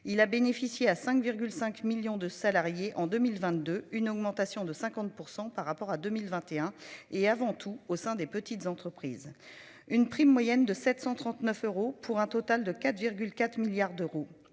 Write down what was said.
Il a bénéficié à 5,5 millions de salariés en 2022, une augmentation de 50% par rapport à 2021 et avant tout au sein des petites entreprises. Une prime moyenne de 739 euros pour un total de 4 4 milliards d'euros.